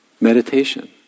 meditation